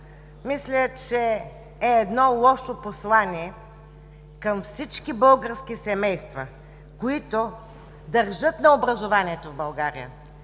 мисля, че е едно лошо послание към всички български семейства, които държат на образованието в България,